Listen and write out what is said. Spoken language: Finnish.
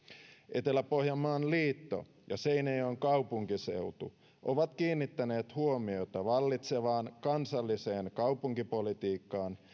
etelä pohjanmaan liitto ja seinäjoen kaupunkiseutu ovat kiinnittäneet huomiota vallitsevaan kansalliseen kaupunkipolitiikkaan